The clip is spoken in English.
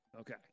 Okay